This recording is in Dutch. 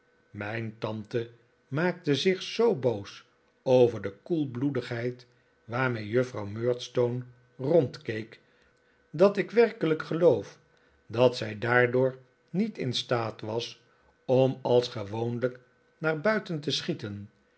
mijn tante maakte zich zoo boos over de koelbloedigheid waarmee juffrouw murdstone rondkeek dat ik werkelijk geloof dat zij daardoor niet in staat was om als gewoonlijk naar buiten te schieten